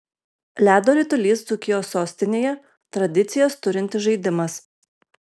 ledo ritulys dzūkijos sostinėje tradicijas turintis žaidimas